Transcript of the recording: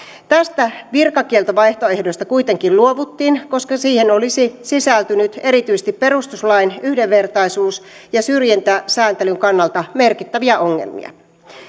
tästä virkakieltovaihtoehdosta kuitenkin luovuttiin koska siihen olisi sisältynyt erityisesti perustuslain yhdenvertaisuus ja syrjintäsääntelyn kannalta merkittäviä ongelmia